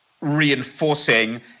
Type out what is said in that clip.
reinforcing